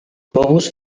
povus